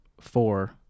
four